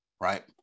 right